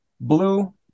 blue